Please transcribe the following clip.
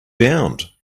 bound